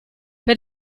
per